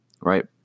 right